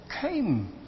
came